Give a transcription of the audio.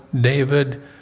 David